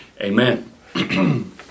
Amen